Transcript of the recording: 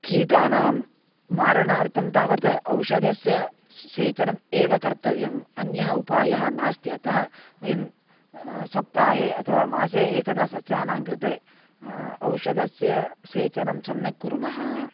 कीटानां मारणार्थं तावत् औषधस्य सेचनम् एव कर्तव्यम् अन्यः उपायः नास्ति अतः वयं सप्ताहे अथवा मासे एकदा सस्यानां कृते औषधस्य सेचनं सम्यक् कुर्मः